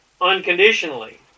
unconditionally